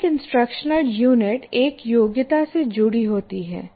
एक instructional unit एक योग्यता से जुड़ी होती है